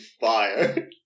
fire